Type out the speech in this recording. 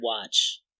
watch